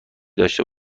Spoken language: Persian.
داشته